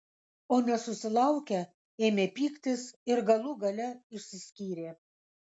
o nesusilaukę ėmė pyktis ir galų gale išsiskyrė